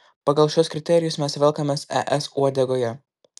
pagal šiuos kriterijus mes velkamės es uodegoje